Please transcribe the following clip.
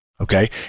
okay